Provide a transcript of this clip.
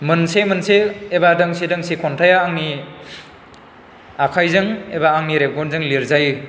मोनसे मोनसे एबा दोंसे दोंसे खन्थाइ आंनि आखाइजों एबा आंनि रेबगनजों लिरजायो